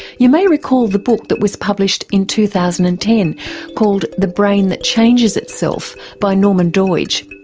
you may recall the book that was published in two thousand and ten called the brain that changes itself by norman doidge.